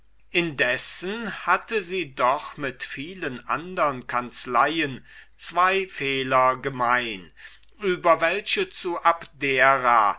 indessen hatte sie doch mit vielen andern kanzleien zween fehler gemein über welche zu abdera